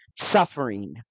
suffering